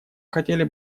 хотели